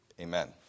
amen